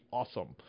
awesome